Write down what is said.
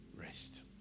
rest